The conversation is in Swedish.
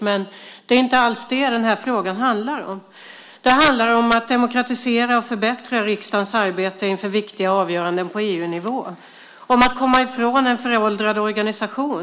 Men det är inte alls det den här frågan handlar om. Den handlar om att demokratisera och förbättra riksdagens arbete inför viktiga avgöranden på EU-nivå och om att komma ifrån en föråldrad organisation.